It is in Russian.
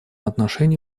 отношении